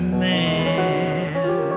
man